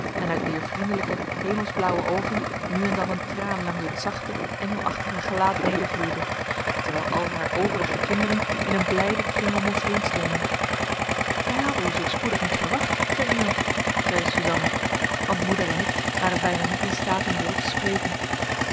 en uit wier vriendelijke hemelsblauwe oogen nu en dan een traan langs het zachte engelachtige gelaat nedervloeide terwijl al haar overige kinderen in een blijden kring om ons heen stonden wij hadden u zoo spoedig niet verwacht ferdinand zeide suzanna want moeder en ik waren bijna niet in staat een woord te spreken